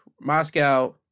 Moscow